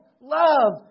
Love